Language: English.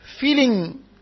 feeling